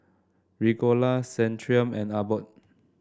Ricola Centrum and Abbott